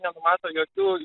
nenumato jokių